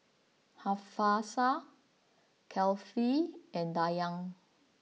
Hafsa Kefli and Dayang